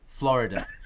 Florida